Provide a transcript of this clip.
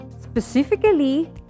Specifically